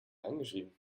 eingeschrieben